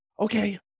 Okay